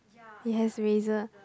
he has eraser